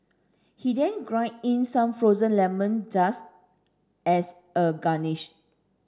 he then grated in some frozen lemon just as a garnish